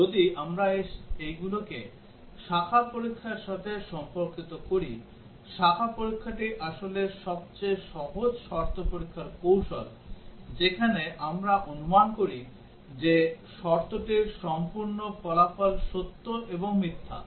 এবং যদি আমরা এইগুলিকে শাখা পরীক্ষার সাথে সম্পর্কিত করি শাখা পরীক্ষাটি আসলে সবচেয়ে সহজ শর্ত পরীক্ষার কৌশল যেখানে আমরা অনুমান করি যে শর্তটির সম্পূর্ণ ফলাফল সত্য এবং মিথ্যা